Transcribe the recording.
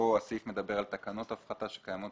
כאן הסעיף מדבר על תקנות הפחתה שקיימות